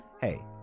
hey